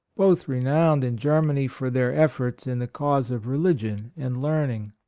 both renowned in germany for their efforts in the cause of religion and learning.